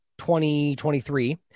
2023